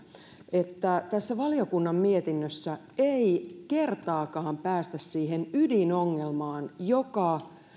että tässä valiokunnan mietinnössä ei kertaakaan päästä siihen ydinongelmaan joka